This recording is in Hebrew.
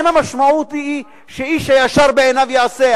המשמעות היא לא שאיש הישר בעיניו יעשה.